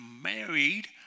married